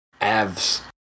Abs